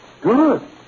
Good